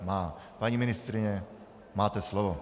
Má. Paní ministryně, máte slovo.